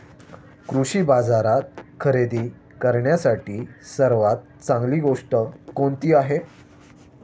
कृषी बाजारात खरेदी करण्यासाठी सर्वात चांगली गोष्ट कोणती आहे?